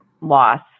loss